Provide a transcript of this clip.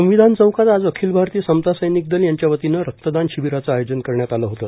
संविधान चौकात आज अखिल भारतीय समता सैनिक दल यांच्या वतीनं रक्तदान शिबिराचं आयोजन करण्यात आलं होतं